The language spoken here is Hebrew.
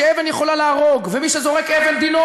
שנייה, כבוד היושב-ראש.